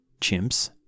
chimps